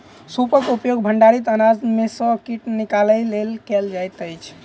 सूपक उपयोग भंडारित अनाज में सॅ कीट निकालय लेल कयल जाइत अछि